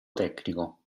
tecnico